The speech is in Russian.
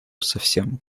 совсем